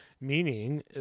Meaning